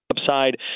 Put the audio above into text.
upside